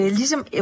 ligesom